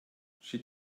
she